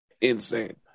insane